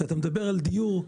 אתה מדבר על דיור.